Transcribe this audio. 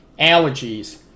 allergies